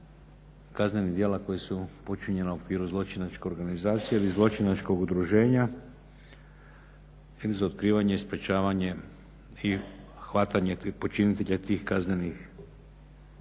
kaznenih djela koja su počinjena u okviru zločinačke organizacije ili zločinačkog udruženja ili za otkrivanje i sprječavanje i hvatanje počinitelja tih kaznenih djela.